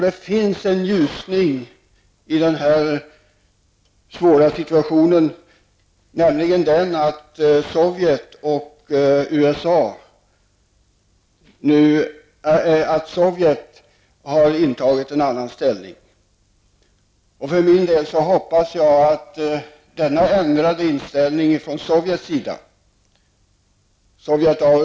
Det finns en ljusning i denna svåra situation, nämligen att Sovjet nu har intagit en annan hållning. Sovjet har över huvud taget ändrat sin utrikespolitik.